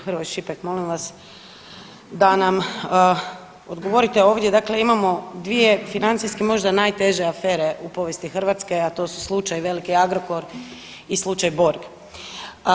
Hrvoj-Šipek, molim vas da nam odgovorite ovdje, dakle imamo dvije financijske možda najteže afere u povijesti Hrvatske, a to su slučaj „Veliki Agrokor“ i slučaj „Borg“